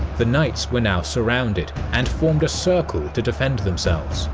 the knights were now surrounded and formed a circle to defend themselves